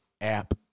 App